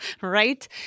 Right